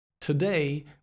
today